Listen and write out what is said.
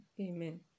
Amen